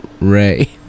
Ray